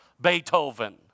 Beethoven